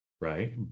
Right